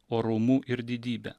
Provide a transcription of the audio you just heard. orumu ir didybe